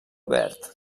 verd